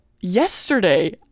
yesterday